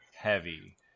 heavy